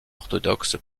orthodoxe